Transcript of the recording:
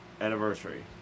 anniversary